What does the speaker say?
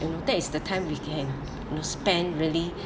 you know that is the time we can you know spend really